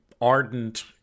ardent